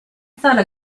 thought